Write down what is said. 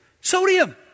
Sodium